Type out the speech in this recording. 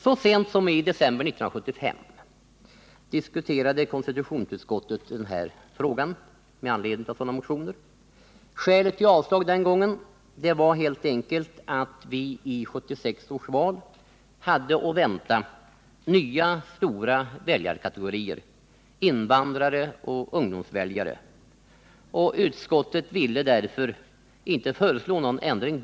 Så sent som i december 1975 diskuterade konstitutionsutskottet frågan med anledning av sådana motioner. Skälet för avslag den gången var helt enkelt att vi i 1976 års val hade att vänta nya stora väljarkategorier — invandrare och ungdomsväljare — och utskottet ville därför inte föreslå någon ändring.